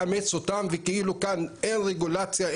לאמץ אותם וכאילו כאן אין רגולציה,